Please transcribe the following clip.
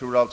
Herr